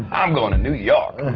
i'm going to new york!